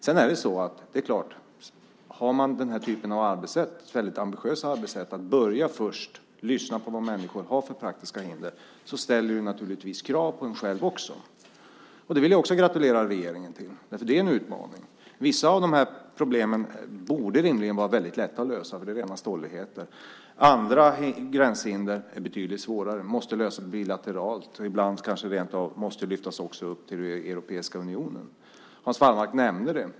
Sedan är det klart att har man denna typ av väldigt ambitiösa arbetssätt, att först lyssna på vad människor har för praktiska hinder, ställer det naturligtvis krav på en själv också. Det vill jag också gratulera regeringen till. Det är en utmaning. Vissa av de här problemen borde rimligen vara väldigt lätta att lösa, för det är rena stolligheter. Andra gränshinder är betydligt svårare. De måste lösas bilateralt och ibland kanske det rent av måste lyftas upp till Europeiska unionen. Hans Wallmark nämnde det.